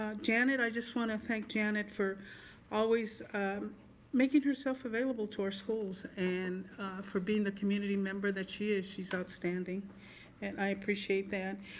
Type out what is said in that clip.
ah janet, i just wanna thank janet for always making herself available to our schools and for being the community member that she is. she's outstanding and i appreciate that.